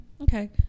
okay